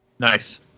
Nice